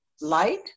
Light